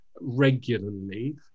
regularly